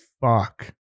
fuck